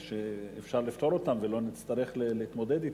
שאפשר לפתור אותן ולא נצטרך להתמודד אתן.